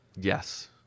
Yes